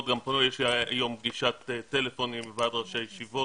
יש לי היום פגישת טלפון עם ועד ראשי הישיבות.